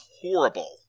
horrible